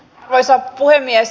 arvoisa puhemies